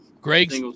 Greg's